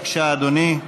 בבקשה, אדוני.